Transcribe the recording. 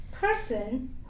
person